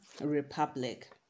Republic